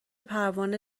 پروانه